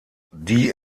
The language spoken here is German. die